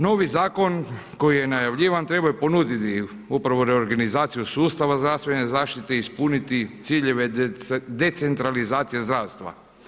Novi Zakon koji je najavljivan trebao je ponuditi upravo reorganizaciju sustava zdravstvene zaštite, ispuniti ciljeve decentralizacije zdravstva.